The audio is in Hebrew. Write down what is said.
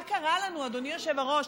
מה קרה לנו, אדוני היושב-ראש?